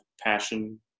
passion